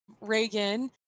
Reagan